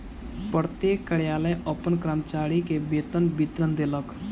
प्रत्येक कार्यालय अपन कर्मचारी के वेतन विवरण देलक